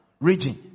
region